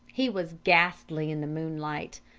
he was ghastly in the moonlight.